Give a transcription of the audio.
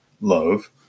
Love